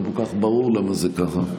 לא ברור למה זה ככה.